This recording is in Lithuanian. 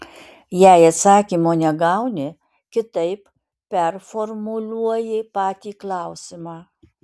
jei atsakymo negauni kitaip performuluoji patį klausimą